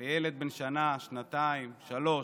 לילד בן שנה, שנתיים, שלוש,